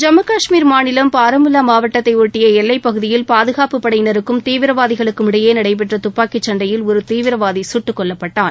ஜம்மு கஷ்மீர் மாநிலம் பாரமுல்லா மாவட்டத்தை ஒட்டிய எல்லைப் பகுதியில் பாதுகாப்புப் படையினருக்கும் தீவிரவாதிகளுக்கும் இடையே நடைபெற்ற துப்பாக்கிச் சண்டையில் ஒரு தீவிரவாதி சுட்டுக்கொல்லப்பட்டாள்